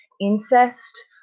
incest